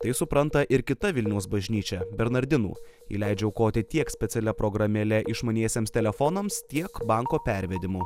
tai supranta ir kita vilniaus bažnyčia bernardinų ji leidžia aukoti tiek specialia programėle išmaniesiems telefonams tiek banko pervedimu